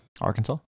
Arkansas